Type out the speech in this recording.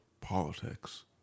politics